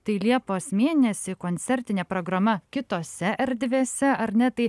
tai liepos mėnesį koncertinė programa kitose erdvėse ar ne tai